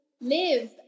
live